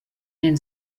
den